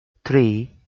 three